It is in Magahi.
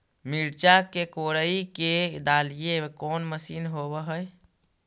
मिरचा के कोड़ई के डालीय कोन मशीन होबहय?